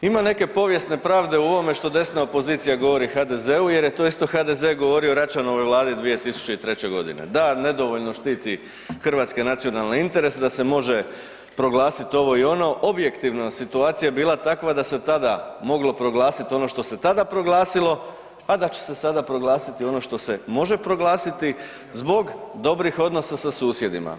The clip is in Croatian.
Ima neke povijesne pravde u ovome što desna opozicija govori HDZ-u jer je to isto HDZ govorio Račanovoj vladi 2003.g. da nedovoljno štiti hrvatske nacionalne interese, da se može proglasiti ovo i ono, objektivna je situacija bila takva da se tada moglo proglasiti ono što se tada proglasilo, a da će se sada proglasiti ono što se može proglasiti zbog dobrih odnosa sa susjedima.